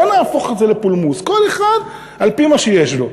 לא להפוך את זה לפולמוס, כל אחד על-פי מה שיש לו.